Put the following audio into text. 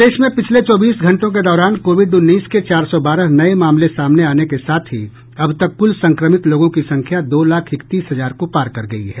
प्रदेश में पिछले चौबीस घंटों के दौरान कोविड उन्नीस के चार सौ बारह नये मामले सामने आने के साथ ही अब तक कुल संक्रमित लोगों की संख्या दो लाख इकतीस हजार को पार कर गयी है